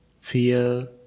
fear